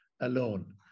alone